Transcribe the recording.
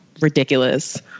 ridiculous